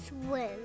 swim